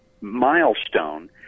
milestone